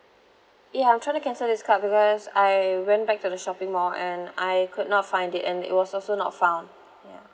ya I'm trying to cancel this card because I went back to the shopping mall and I could not find it and it was also not found ya